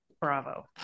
Bravo